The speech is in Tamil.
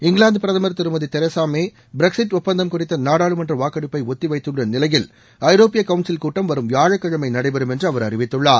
இங்கிலாந்து பிரதமர் திருமதி தெரசா மே பிரக்ஸிட் ஒப்பந்தம் குறித்த நாடாளுமன்ற வாக்கெடுப்பை ஒத்தி வைத்துள்ள நிலையில் ஐரோப்பிய கவுன்சில் கூட்டம் வரும் வியாழக்கிழமை நடைபெறும் என்று அவர் அறிவித்துள்ளார்